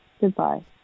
Goodbye